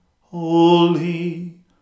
holy